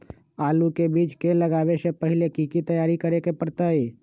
आलू के बीज के लगाबे से पहिले की की तैयारी करे के परतई?